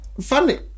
Funny